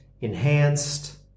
enhanced